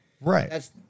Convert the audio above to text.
Right